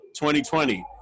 2020